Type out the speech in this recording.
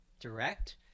direct